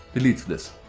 delete this.